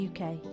UK